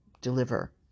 deliver